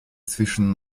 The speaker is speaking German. zwischen